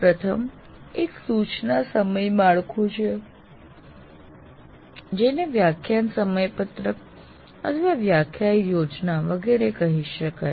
પ્રથમ એક સૂચના સમયમાળખું છે જેને વ્યાખ્યાન સમયપત્રક અથવા વ્યાખ્યાન યોજના વગેરે કહી શકાય